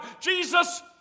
Jesus